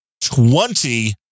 twenty